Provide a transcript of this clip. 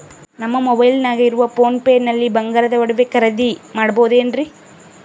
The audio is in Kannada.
ನಮ್ಮ ಮೊಬೈಲಿನಾಗ ಇರುವ ಪೋನ್ ಪೇ ನಲ್ಲಿ ಬಂಗಾರದ ಒಡವೆ ಖರೇದಿ ಮಾಡಬಹುದೇನ್ರಿ?